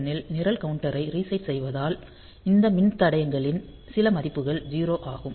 8051 இல் நிரல் கவுண்டரை ரீசெட் செய்வதால் இந்த மின்தடையங்களின் சில மதிப்புகள் 0 ஆகும்